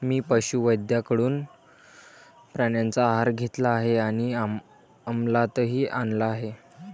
मी पशुवैद्यकाकडून प्राण्यांचा आहार घेतला आहे आणि अमलातही आणला आहे